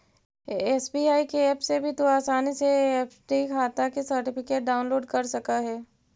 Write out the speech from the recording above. SBI के app से भी तू आसानी से एफ.डी खाटा के सर्टिफिकेट डाउनलोड कर सकऽ हे